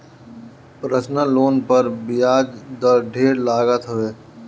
personal loan पर बियाज दर ढेर लागत हवे